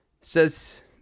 says